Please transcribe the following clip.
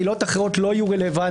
עילות אחרות לא יהיו רלוונטיות,